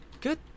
good